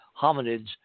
hominids